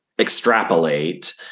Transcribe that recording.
extrapolate